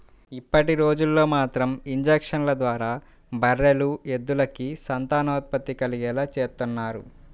ఇప్పటిరోజుల్లో మాత్రం ఇంజక్షన్ల ద్వారా బర్రెలు, ఎద్దులకి సంతానోత్పత్తి కలిగేలా చేత్తన్నారు